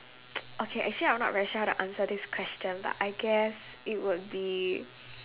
okay actually I'm not very sure how to answer this question but I guess it would be